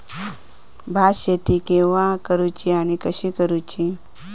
भात शेती केवा करूची आणि कशी करुची?